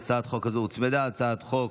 להצעת חוק זו הוצמדה הצעת חוק